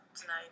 tonight